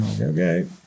okay